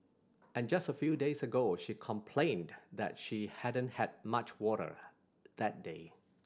and just a few days ago she complained that she hadn't had much water that day